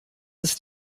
ist